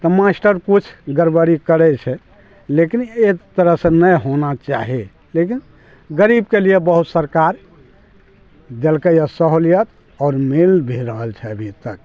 तऽ मास्टर किछु गड़बड़ी करै छै लेकिन एक तरह से नहि होना चाही लेकिन गरीबके लिए बहुत सरकार देलकैया सहूलियत आओर मिल भी रहल छै अभी तक